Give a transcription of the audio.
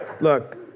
Look